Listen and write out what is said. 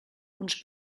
uns